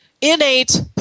innate